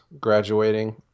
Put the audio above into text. graduating